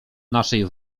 naszej